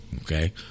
Okay